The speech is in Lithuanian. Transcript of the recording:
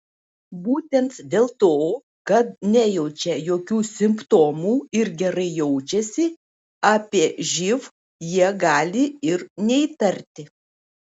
būtent dėl to kad nejaučia jokių simptomų ir gerai jaučiasi apie živ jie gali ir neįtarti